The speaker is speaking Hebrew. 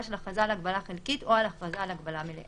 של הכרזה על הגבלה חלקית או הכרזה על הגבלה מלאה.